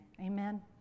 Amen